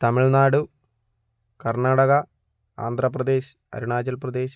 Tamil Nadu Karnataka Andhra Pradesh Arunachal Pradesh